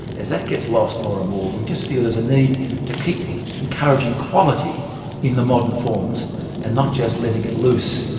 as that gets lost more and more we just feel there's a need to keep encouraging quality in the modern forms and not just letting loose.